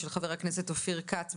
של חבר הכנסת אופיר כץ,